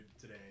today